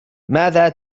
ماذا